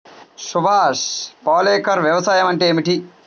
సుభాష్ పాలేకర్ వ్యవసాయం అంటే ఏమిటీ?